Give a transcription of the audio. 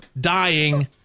dying